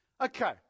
okay